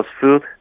food